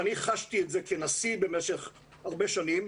ואני חשתי את זה כנשיא במשך הרבה שנים,